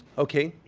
ok.